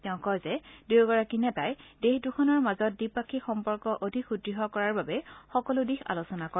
তেওঁ কয় যে দুয়োগৰাকী নেতাই দেশৰ দুখনৰ মাজত দ্বিপাক্ষিক সম্পৰ্ক অধিক সুদ্য় কৰাৰ বাবে সকলো দিশ আলোচনা কৰে